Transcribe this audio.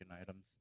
items